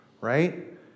right